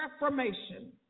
reformation